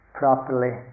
properly